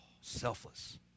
Selfless